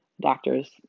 doctors